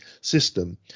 system